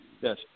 Yes